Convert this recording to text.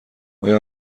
آیا